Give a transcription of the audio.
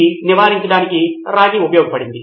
ఇది నివారించడానికి రాగి ఉపయోగించబడింది